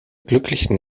glücklichen